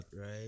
right